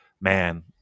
man